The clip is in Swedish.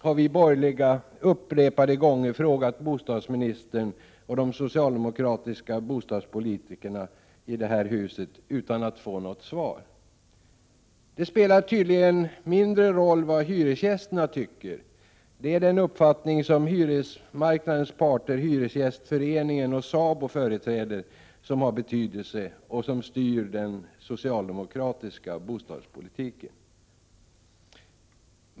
, har vi borgerliga upprepade gånger frågat bostadsministern och de socialdemokratiska bostadspolitikerna i detta hus utan att få något svar. Det spelar tydligen mindre roll vad hyresgästerna tycker. Den uppfattning som har betydelse och styr den socialdemokratiska bostadspolitiken är den som företräds av hyresmarknadens parter Hyresgästernas riksförbund och SABO.